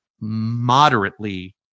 moderately